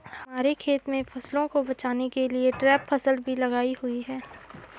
हमारे खेत में फसलों को बचाने के लिए ट्रैप फसल भी लगाई हुई है